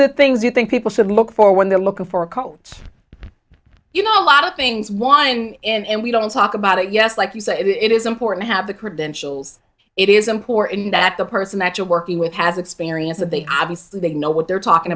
of the things you think people should look for when they're looking for a cult you know a lot of things why and we don't talk about it yes like you said it is important to have the credentials it is important that the person that you're working with has experience that they obviously they know what they're talking